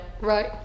Right